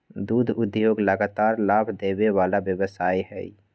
दुध उद्योग लगातार लाभ देबे वला व्यवसाय हइ